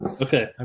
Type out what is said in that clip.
Okay